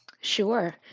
Sure